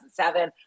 2007